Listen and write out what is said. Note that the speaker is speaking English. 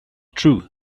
true